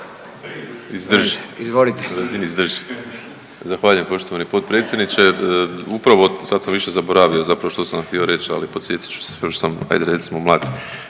Izdrži. Zahvaljujem poštovani potpredsjedniče. Upravo sad sam više zaboravio zapravo što sam htio reći ali podsjetit ću se još sam ajde recimo mlad.